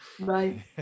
Right